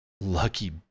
Lucky